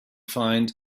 find